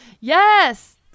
Yes